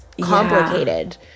complicated